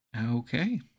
Okay